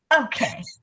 Okay